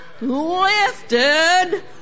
lifted